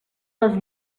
les